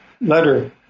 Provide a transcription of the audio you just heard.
letter